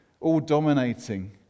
all-dominating